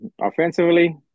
offensively